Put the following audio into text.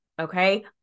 okay